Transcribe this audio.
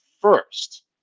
first